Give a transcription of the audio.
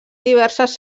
diverses